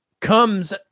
comes